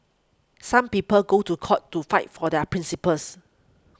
some people go to court to fight for their principles